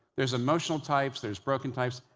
there's emotional types, there's broken types.